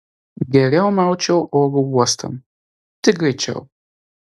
geriau maučiau oro uostan tik greičiau